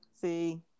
see